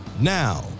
Now